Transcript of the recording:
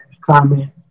comment